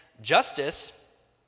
justice